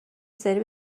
سری